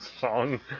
song